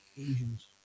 Asians